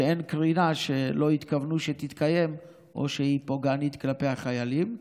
שאין קרינה שלא התכוונו שתתקיים או שהיא פוגענית כלפי החיילים.